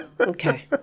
Okay